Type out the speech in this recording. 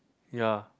ya